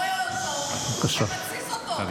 בראשי, בבקשה.